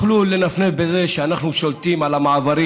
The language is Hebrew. תוכלו לנפנף בזה שאנחנו שולטים במעברים